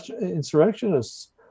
insurrectionists